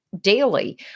Daily